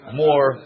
more